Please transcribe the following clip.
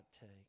take